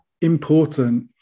important